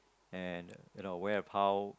and you know aware of how